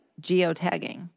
geotagging